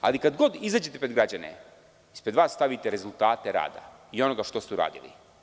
Ali, kada god izađete pred građane, ispred vas stavite rezultate rada i onoga što ste uradili.